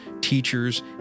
teachers